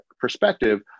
perspective